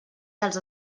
dels